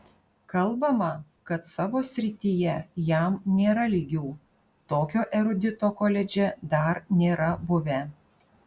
kalbama kad savo srityje jam nėra lygių tokio erudito koledže dar nėra buvę